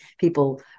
people